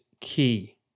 key